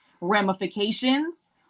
ramifications